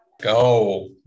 go